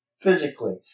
physically